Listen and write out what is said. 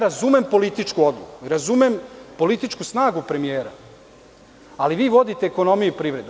Razumem političku odluku i razumem političku snagu premijera, ali vi vodite ekonomiju i privredu.